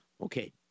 Okay